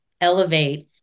elevate